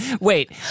Wait